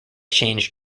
changed